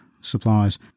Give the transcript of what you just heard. supplies